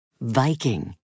Viking